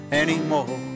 anymore